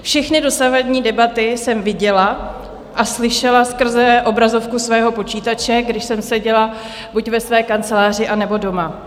Všechny dosavadní debaty jsem viděla a slyšela skrze obrazovku svého počítače, když jsem seděla buď ve své kanceláři, anebo doma.